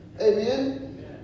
Amen